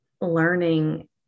learning